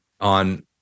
On